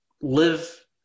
live